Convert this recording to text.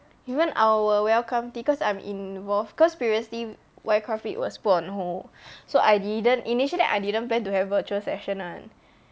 even our welcome tea cause I'm involved cause previously Y craft it was put on old so I didn't initially I didn't plan to have virtual session one